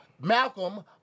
Malcolm